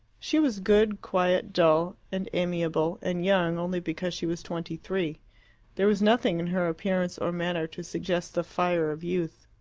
she was good, quiet, dull, and amiable, and young only because she was twenty-three there was nothing in her appearance or manner to suggest the fire of youth.